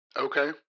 Okay